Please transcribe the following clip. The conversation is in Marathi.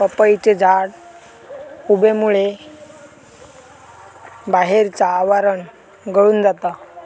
पपईचे झाड उबेमुळे बाहेरचा आवरण गळून जाता